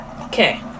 Okay